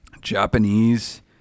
japanese